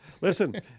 Listen